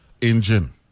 engine